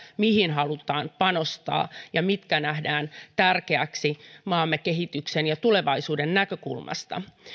mihin halutaan panostaa ja mitkä nähdään tärkeäksi maamme kehityksen ja tulevaisuuden näkökulmasta